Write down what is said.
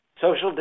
Social